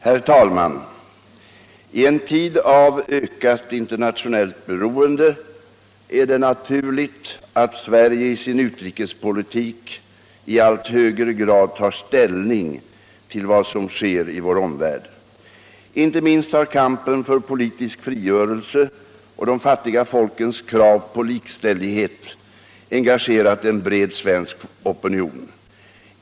Herr talman! I en tid av ökat internationellt beroende är det naturligt att Sverige i sin utrikespolitik i allt högre grad tar ställning till vad som sker i vår omvärld. Inte minst har kampen för politisk frigörelse och de fattiga folkens krav på likställdhet engagerat en bred svensk opinion.